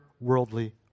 worldly